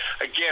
again